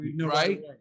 Right